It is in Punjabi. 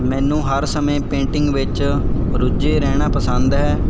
ਮੈਨੂੰ ਹਰ ਸਮੇਂ ਪੇਂਟਿੰਗ ਵਿੱਚ ਰੁੱਝੇ ਰਹਿਣਾ ਪਸੰਦ ਹੈ